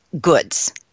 goods